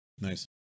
nice